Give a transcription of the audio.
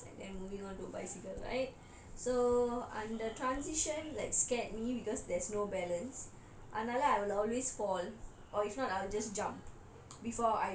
driving a tricycle first and then moving on to bicycle right so under transition like scared me because there's no balance அதுனால:athunala I will always fall